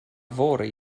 fory